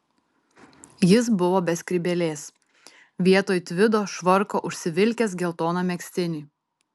jis buvo be skrybėlės vietoj tvido švarko užsivilkęs geltoną megztinį